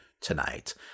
tonight